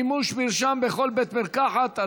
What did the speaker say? מימוש מרשם בכל בית מרקחת),